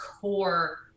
core